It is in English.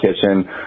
kitchen